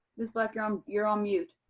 ms. black, you're um you're on mute.